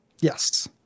yes